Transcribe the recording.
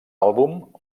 àlbum